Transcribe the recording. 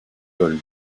gold